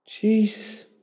Jesus